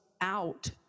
out